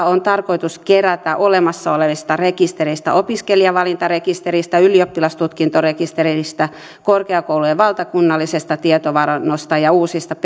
on tarkoitus kerätä tietoa olemassa olevista rekistereistä opiskelijavalintarekisteristä ylioppilastutkintorekisteristä korkeakoulujen valtakunnallisesta tietovarannosta ja uusista